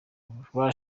bwo